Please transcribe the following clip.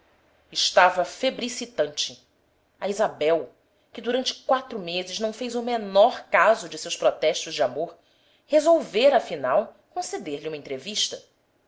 estava febricitante a isabel que durante quatro meses não fez o menor caso de seus protestos de amor resolvera afinal conceder lhe uma entrevista